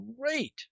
great